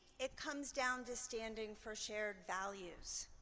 it comes down to standing for shared values.